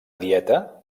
dieta